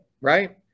right